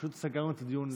פשוט סגרנו את הדיון לציבור.